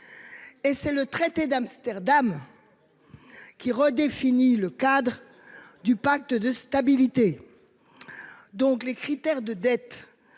Et c'est le traité d'Amsterdam. Qui redéfinit le cadre du pacte de stabilité. Donc les critères de dettes.